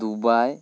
Dubai